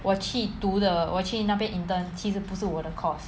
我去读的我去那边 intern 其实不是我的 course